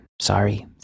sorry